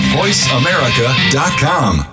voiceamerica.com